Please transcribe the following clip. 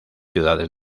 ciudades